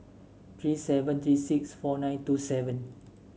three seven three six four nine two seven